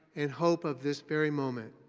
and hope of this very moment.